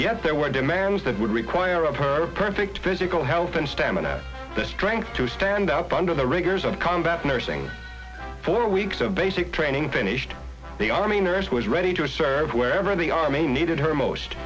yet there were demands that would require of her perfect physical health and stamina the strength to stand up under the rigors of combat nursing four weeks of basic training finished the army nurse who was ready to serve wherever the army needed her most